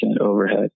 overhead